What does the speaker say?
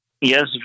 Yes